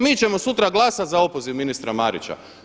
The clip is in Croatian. Mi ćemo sutra glasati za opoziv ministra Marića.